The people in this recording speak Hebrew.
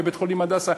בבית-חולים "הדסה".